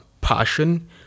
passion